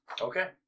Okay